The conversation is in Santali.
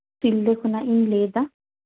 ᱥᱤᱞᱫᱟᱹ ᱠᱷᱚᱱᱟᱜ ᱤᱧ ᱞᱟᱹᱭ ᱮᱫᱟ